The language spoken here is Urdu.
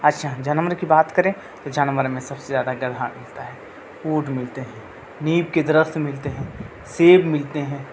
اچھا جانمر کی بات کریں تو جانور میں سب سے زیادہ گدھا ملتا ہے اونٹ ملتے ہیں نیب کے درخت ملتے ہیں سیب ملتے ہیں